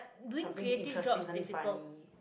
something interesting something funny